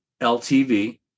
LTV